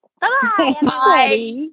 Bye-bye